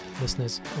listeners